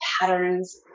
patterns